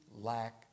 lack